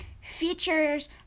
features